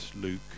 Luke